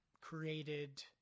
created